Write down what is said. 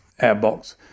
airbox